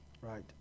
right